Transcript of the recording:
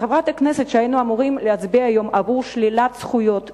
וחברת הכנסת שהיינו אמורים להצביע היום עבור שלילת הזכויות שלה,